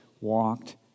walked